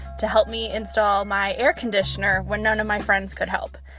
to help me install my air conditioner when none of my friends could help.